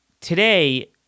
today